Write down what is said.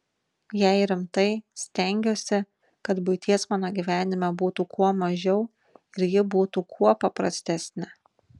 jei rimtai stengiuosi kad buities mano gyvenime būtų kuo mažiau ir ji būtų kuo paprastesnė